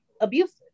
abusive